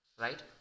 Right